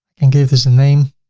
and give this a name